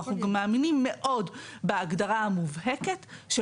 אבל אנחנו גם מאמינים מאוד בהגדרה המובהקת של